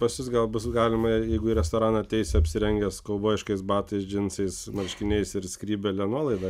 pas jus gal bus galima jeigu į restoraną ateisi apsirengęs kaubojiškais batais džinsais marškiniais ir skrybėle nuolaidą